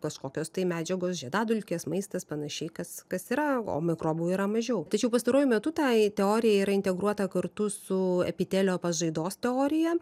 kažkokios tai medžiagos žiedadulkės maistas panašiai kas kas yra o mikrobų yra mažiau tačiau pastaruoju metu tai teorija yra integruota kartu su epitelio pažaidos teorija